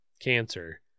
cancer